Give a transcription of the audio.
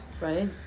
Right